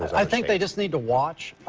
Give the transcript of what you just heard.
i think they just need to watch.